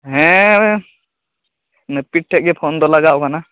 ᱦᱮᱸ ᱱᱟᱹᱯᱤᱫ ᱴᱷᱮᱱ ᱜᱮ ᱯᱷᱳᱱ ᱫᱚ ᱞᱟᱜᱟᱣ ᱟᱠᱟᱱᱟ